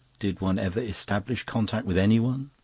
did one ever establish contact with anyone?